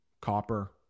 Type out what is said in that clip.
Copper